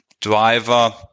driver